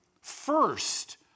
first